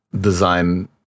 design